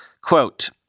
Quote